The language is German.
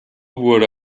wurde